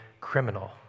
criminal